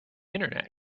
internet